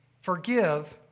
forgive